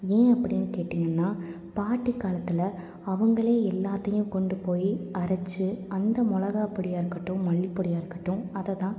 ஏன் அப்படின்னு கேட்டீங்கனால் பாட்டி காலத்தில் அவங்களே எல்லாத்தையும் கொண்டு போய் அரைச்சி அந்த மிளகாப் பொடியாக இருக்கட்டும் மல்லிப் பொடியாக இருக்கட்டும் அதைத் தான்